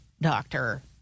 doctor